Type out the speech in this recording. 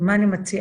מה אני מציעה?